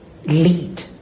Lead